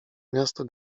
miasto